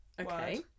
Okay